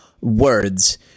words